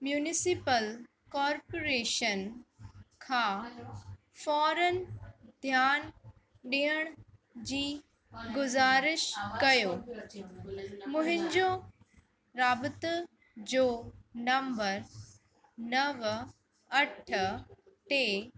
municipal corporation खां फॉरन ध्यान ॾियण जी गुज़ारिश कयो मुंहिंजो राबत जो नम्बर नव अठ टे